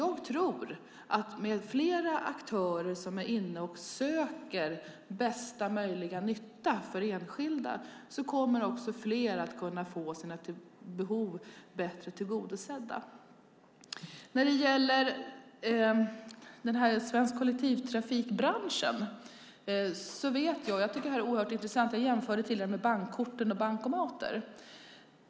Jag tror att när flera aktörer är inne och söker bästa möjliga nytta för enskilda kommer också fler att få sina behov bättre tillgodosedda. När det gäller den svenska kollektivtrafikbranschen gjorde jag tidigare en jämförelse med bankkort och bankomater.